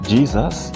Jesus